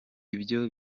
ibyo